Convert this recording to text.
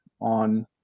on